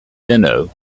benno